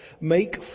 Make